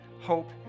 hope